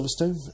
Silverstone